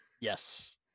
Yes